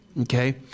Okay